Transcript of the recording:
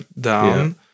down